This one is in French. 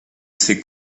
ces